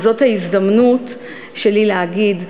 וזאת ההזדמנות שלי להגיד,